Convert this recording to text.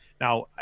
now